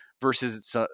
versus